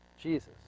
Jesus